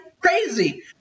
crazy